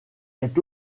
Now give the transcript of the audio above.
est